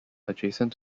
adjacent